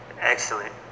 excellent